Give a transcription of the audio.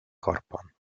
korpon